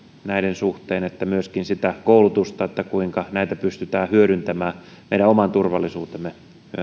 näiden suhteen että myöskin sitä koulutusta kuinka näitä pystytään hyödyntämään meidän oman turvallisuutemme